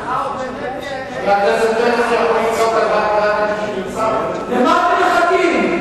חבר הכנסת פרץ, למה אתם מחכים?